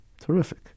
Terrific